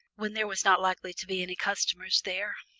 when there were not likely to be any customers there.